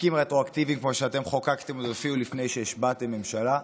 חוקים רטרואקטיביים כמו שאתם חוקקתם אפילו לפני שהשבעתם ממשלה.